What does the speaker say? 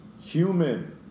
Human